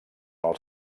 els